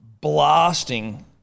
blasting